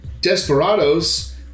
Desperados